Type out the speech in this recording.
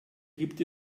gibt